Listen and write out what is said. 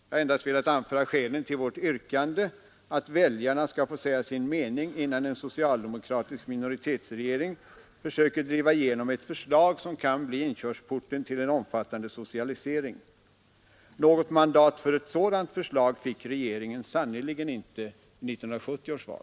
Jag har endast velat framföra skälen till vårt yrkande att väljarna skall få säga sin mening innan en socialdemokratisk minoritetsregering försöker driva fram ett förslag som kan bli inkörsporten till en omfattande socialisering. Något mandat för ett sådant förslag fick regeringen sannerligen inte vid 1970 års val.